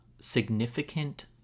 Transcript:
significant